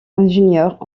ingénieurs